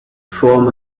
form